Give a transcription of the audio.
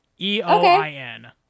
e-o-i-n